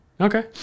Okay